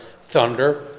thunder